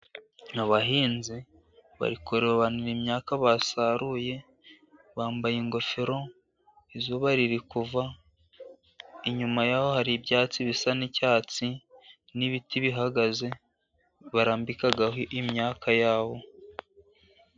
Abahinzi bari kurobanura imyaka basaruye, bambaye ingofero, izuba riri kuva, inyuma yaho hari ibyatsi bisa n'icyatsi, n'ibiti bihagaze barambikaho imyaka yabo.